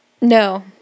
No